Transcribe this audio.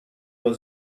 all